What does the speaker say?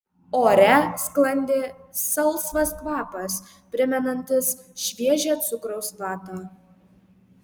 ore sklandė salsvas kvapas primenantis šviežią cukraus vatą